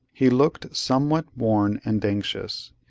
he looked somewhat worn and anxious,